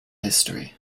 history